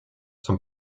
zum